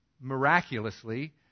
miraculously